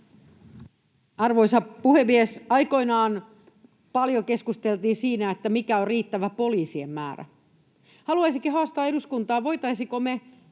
Arvoisa puhemies! Aikoinaan paljon keskusteltiin siitä, mikä on riittävä poliisien määrä. Haluaisinkin haastaa eduskuntaa: voitaisiinko me